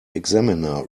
examiner